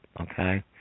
Okay